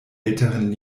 älteren